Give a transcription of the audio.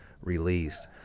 released